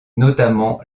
notamment